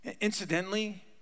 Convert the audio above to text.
Incidentally